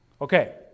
Okay